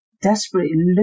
desperately